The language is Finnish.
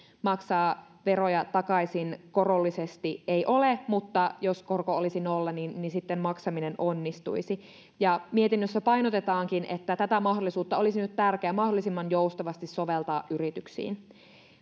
maksaa veroja takaisin korollisesti ei ole mutta jos korko olisi nolla niin niin sitten maksaminen onnistuisi mietinnössä painotetaankin että tätä mahdollisuutta olisi nyt tärkeä mahdollisimman joustavasti soveltaa yrityksiin